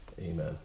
Amen